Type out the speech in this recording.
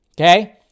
Okay